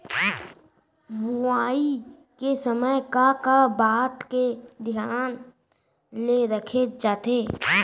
बुआई के समय का का बात के धियान ल रखे जाथे?